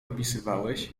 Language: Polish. opisywałeś